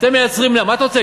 אתם מייצרים מה אתה רוצה,